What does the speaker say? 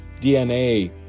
DNA